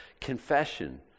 confession